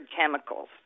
chemicals